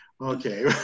okay